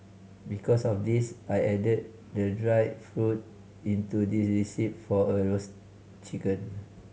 because of this I added the dried fruit into this recipe for a roast chicken